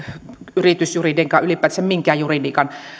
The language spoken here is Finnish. yritysjuridiikan ylipäätänsä minkään juridiikan